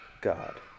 God